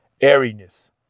airiness